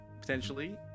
potentially